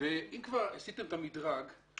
אם כבר עשיתם את המדרג,